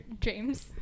James